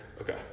Okay